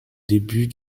débuts